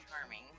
charming